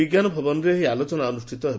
ବିଜ୍ଞାନ ଭବନରେ ଏହି ଆଲୋଚନା ଅନୁଷ୍ଠିତ ହେବ